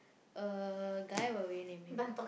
a guy what will you name him